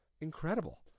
incredible